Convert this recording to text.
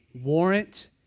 warrant